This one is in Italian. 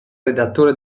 redattore